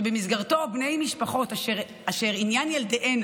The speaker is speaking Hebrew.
שבמסגרתו בני משפחות אשר עניין ילדיהן